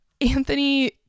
Anthony